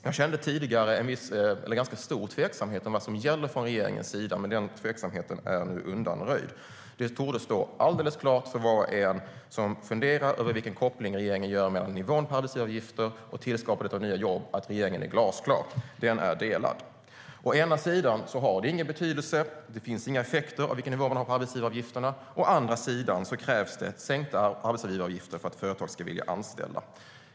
Jag kände tidigare ganska stor tveksamhet till vad som gäller från regeringens sida, men den tveksamheten är nu undanröjd. Det torde stå alldeles klart för var och en som funderar över vilken koppling regeringen gör mellan nivån på arbetsgivaravgifter och tillskapandet av nya jobb att regeringen är delad. Det är glasklart. Å ena sidan har det ingen betydelse, för det ger ingen effekt vilken nivå man har på arbetsgivaravgifterna. Å andra sidan krävs sänkta arbetsgivaravgifter för att företag ska vilja anställa.